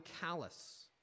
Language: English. callous